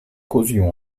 causions